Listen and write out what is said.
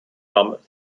war